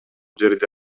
жерди